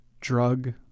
drug